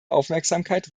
aufmerksamkeit